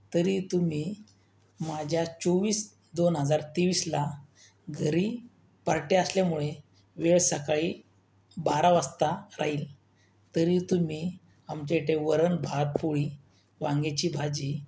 तरी तुम्ही माझ्या चोवीस दोन हजार तेवीसला घरी पार्टी असल्यामुळे वेळ सकाळी बारा वाजता राहील तरी तुम्ही आमच्या इथे वरण भात पोळी वांग्याची भाजी